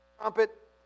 trumpet